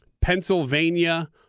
Pennsylvania